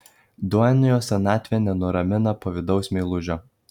duenjos senatvė nenuramina pavydaus meilužio